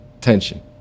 tension